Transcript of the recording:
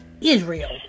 Israel